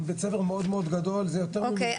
אם בית-ספר מאוד גדול --- או-קיי,